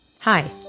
Hi